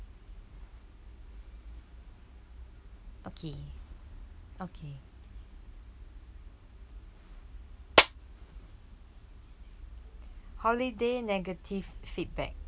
okay okay holiday negative feedback